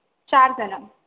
चारजणं